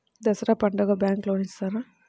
దసరా పండుగ bank loan ఇస్తారా?